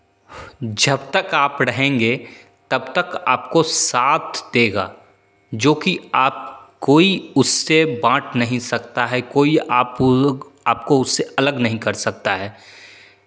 जब तक आप रहेंगे तब तक आपको साथ देगा जो कि आप कोई उसे बाँट नहीं सकता है कोई आप आपको उससे अलग नहीं कर सकता है